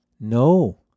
No